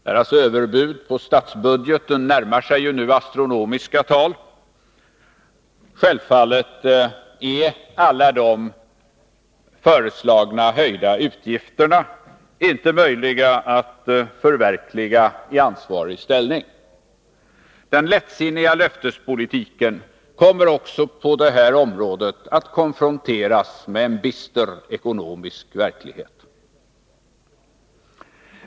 Deras överbud på statsbudgeten närmar sig nu astronomiska tal. Självfallet är det inte möjligt för den som är i ansvarig ställning att förverkliga alla de föreslagna utgiftshöjningarna. Den lättsinniga löftespolitiken kommer också på detta område att konfronteras med en bister ekonomisk verklighet.